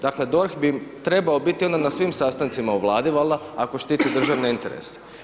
Dakle, DORH bi trebao biti onda na svim sastancima u Vladi valjda, ako štiti državne interese.